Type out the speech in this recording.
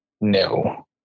No